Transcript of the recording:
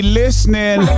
listening